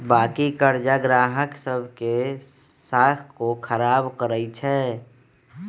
बाँकी करजा गाहक सभ के साख को खराब करइ छै